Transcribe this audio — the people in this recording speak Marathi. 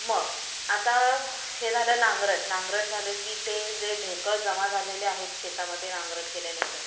मग आता हे झालं नांगरट नांगरट झालं की ते जे ढेकळं जमा झालेले आहेत शेतामध्ये नांगरट केल्यानंतर